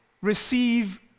receive